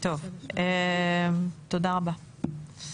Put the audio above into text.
טוב, תודה רבה.